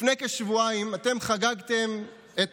לפני כשבועיים אתם חגגתם את